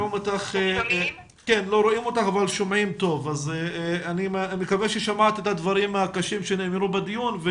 אני מקווה ששמעת את הדברים הקשים שנאמרו בדיון.